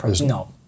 no